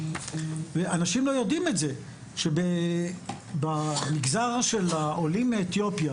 אנשים לא יודעים שבמגזר של העולים מאתיופיה,